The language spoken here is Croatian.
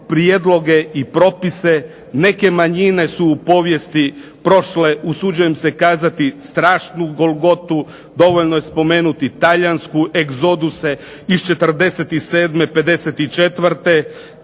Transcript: prijedloge i propise. Neke manjine su u povijesti prošle usuđujem se kazati strašnu golgotu. Dovoljno je spomenuti talijanske egzoduse iz '47. '54.